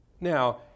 Now